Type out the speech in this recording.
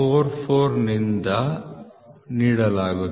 44 ನಿಂದ ನೀಡಲಾಗುತ್ತದೆ